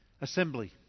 Assembly